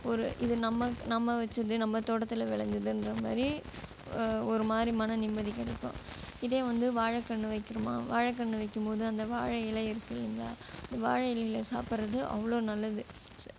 ஒரு இது நம்ம நம்ம வச்சது நம்ம தோட்டத்தில் விளைஞ்சதுன்ற மாதிரி ஒரு மாதிரி மன நிம்மதி கிடைக்கும் இதே வந்து வாழை கன்று வைக்கிறமா வாழை கன்று வைக்கும் போது அந்த வாழை இலையை இருக்குதுங்க அந்த வாழை இலையில் சாப்பிட்றது அவ்வளோ நல்லது